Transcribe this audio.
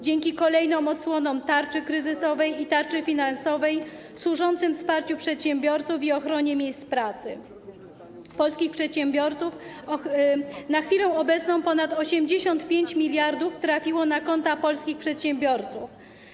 Dzięki kolejnym odsłonom tarczy kryzysowej i tarczy finansowej służącym wsparciu przedsiębiorców i ochronie miejsc pracy na chwilę obecną ponad 85 mld trafiło na konta polskich przedsiębiorców.